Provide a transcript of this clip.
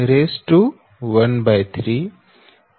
46 r થશે